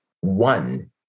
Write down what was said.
one